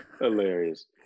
hilarious